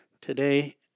Today